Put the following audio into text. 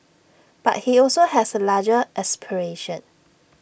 but he also has A larger aspiration